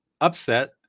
upset